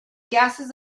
gases